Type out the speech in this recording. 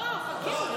לא, חכה.